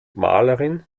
malerin